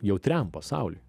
jautriam pasauliui